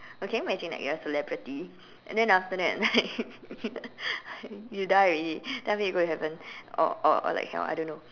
or can you imagine like you are celebrity and then after that like you die already then after that you go to heaven or or like hell I don't know